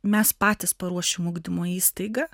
mes patys paruošim ugdymo įstaigą